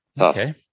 Okay